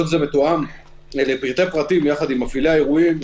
כל זה מתואם לפרטי פרטים יחד עם מפעילי האירועים.